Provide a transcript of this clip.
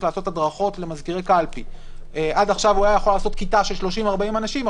לעשות הדרכות למזכירי קלפי היה יכול ללמד כיתה של 40-30 אנשים,